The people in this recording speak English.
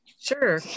Sure